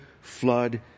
flood